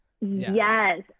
yes